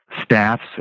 staffs